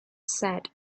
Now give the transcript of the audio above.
sat